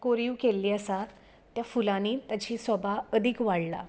कोरींव केल्ली आसात त्या फुलांनी ताची सोबा अदीक वाडला